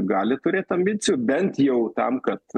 gali turėt ambicijų bent jau tam kad